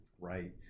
Right